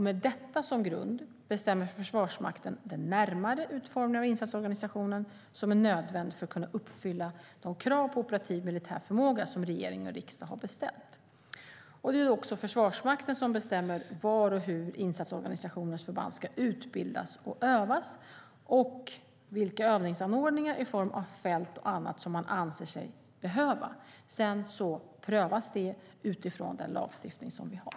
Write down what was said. Med detta som grund bestämmer Försvarsmakten den närmare utformning av insatsorganisationen som är nödvändig för att uppfylla de krav på operativ militär förmåga som regering och riksdag har beställt. Det är Försvarsmakten som bestämmer var och hur insatsorganisationens förband ska utbildas och övas och vilka övningsanordningar i form av fält och annat som man anser sig behöva. Sedan prövas det utifrån den lagstiftning som vi har.